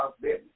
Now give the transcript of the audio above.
business